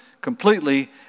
completely